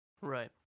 Right